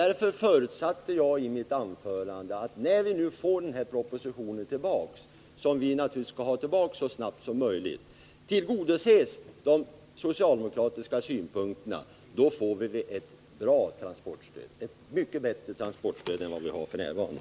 Därför förutsatte jag i mitt anförande att de socialdemokratiska synpunkterna så snabbt som möjligt kommer att tillgodoses när förslaget i propositionen, som vi förutsätter, kommer tillbaka i bearbetad form. Då får vi ett mycket bättre transportstöd än vad vi har f.n.